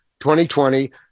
2020